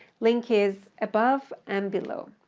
link is above and below.